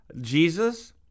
Jesus